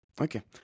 okay